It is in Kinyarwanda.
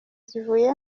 zivuye